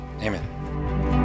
amen